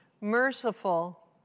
merciful